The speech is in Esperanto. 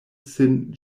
sin